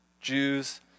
Jews